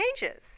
changes